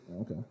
Okay